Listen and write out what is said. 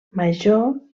major